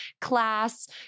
class